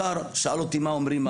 השר שאל אותי מה אומרים.